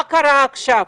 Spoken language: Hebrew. מה קרה עכשיו?